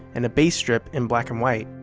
and a base strip in black and white.